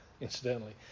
incidentally